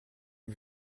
mon